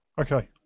Okay